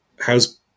How's